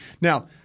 Now